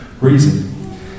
reason